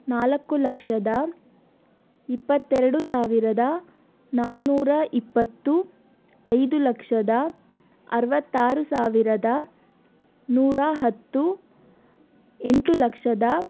ನಾಲ್ಕು ಲಕ್ಷದ ಇಪ್ಪತ್ತೆರಡು ಸಾವಿರದ ನಾನೂರ ಇಪ್ಪತ್ತು ಐದು ಲಕ್ಷದ ಅರವತ್ತಾರು ಸಾವಿರದ ನೂರಾ ಹತ್ತು ಎಂಟು ಲಕ್ಷದ